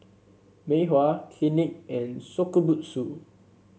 Mei Hua Clinique and Shokubutsu